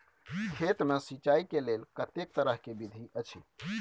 खेत मे सिंचाई के लेल कतेक तरह के विधी अछि?